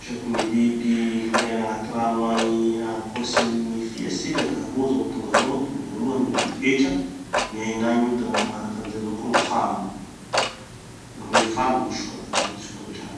Resaky gny biby miaina agnaty rano agny ankoatrin'ny gny fia tsika da roa zao gny tonga andohako. Gny voalohany gny boketra. Miaina agny io. Da gny magnaraky anizay avao koa gny fano. Gny hoe fano moa sokaky zany. Soka-drano.